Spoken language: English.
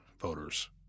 voters